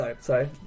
Sorry